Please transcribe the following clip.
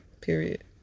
Period